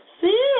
See